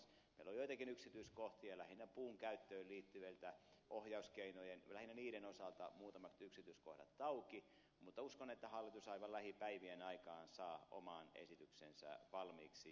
meillä on joitakin yksityiskohtia lähinnä puun käyttöön liittyvien ohjauskeinojen osalta muutamat yksityiskohdat auki mutta uskon että hallitus aivan lähipäivien aikana saa oman esityksensä valmiiksi